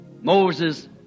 Moses